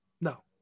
No